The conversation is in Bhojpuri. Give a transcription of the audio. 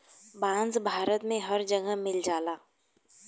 बांस भारत में हर जगे मिल जाला